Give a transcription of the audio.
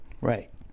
Right